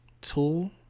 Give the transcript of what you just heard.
tool